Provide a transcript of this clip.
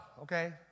okay